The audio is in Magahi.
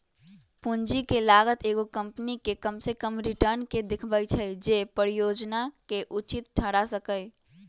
पूंजी के लागत एगो कंपनी के कम से कम रिटर्न के देखबै छै जे परिजोजना के उचित ठहरा सकइ